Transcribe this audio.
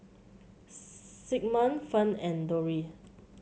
Sigmund Fern and Dori